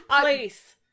place